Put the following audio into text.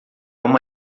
uma